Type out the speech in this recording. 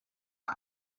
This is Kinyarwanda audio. www